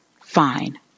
Fine